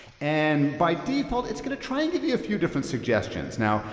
and by default it's gonna try and give you a few different suggestions. now,